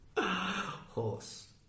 Horse